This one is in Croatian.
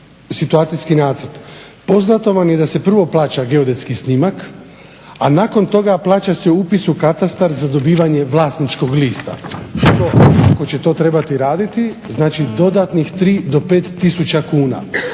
situacijski nacrt. Poznato vam je da se prvo plaća geodetski snimak, a nakon toga plaća se upis u katastar za dobivanje vlasničkog lista. … /Govornik se ne razumije./… ako će to trebati raditi znači dodatnih 3 do 5 tisuća kuna.